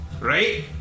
Right